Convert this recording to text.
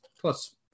plus